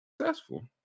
successful